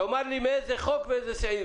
תאמר לי איזה חוק זה.